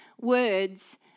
words